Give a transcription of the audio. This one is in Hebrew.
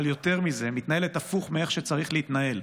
אבל יותר מזה, מתנהלת הפוך מאיך שצריך להתנהל: